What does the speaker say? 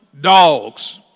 dogs